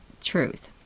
truth